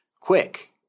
quick